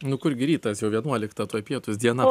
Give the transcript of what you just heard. nu kur gi rytas jau vienuolikta toj pietūs diena